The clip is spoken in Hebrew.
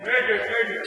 נגד, נגד.